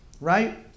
right